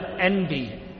envy